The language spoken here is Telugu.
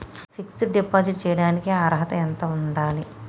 ఫిక్స్ డ్ డిపాజిట్ చేయటానికి అర్హత ఎంత ఉండాలి?